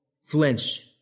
flinch